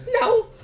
no